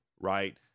right